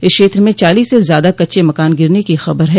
इस क्षेत्र में चालीस से ज़्यादा कच्चे मकान गिरने की ख़बर है